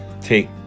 take